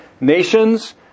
nations